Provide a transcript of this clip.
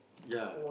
yeah